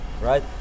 right